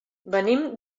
venim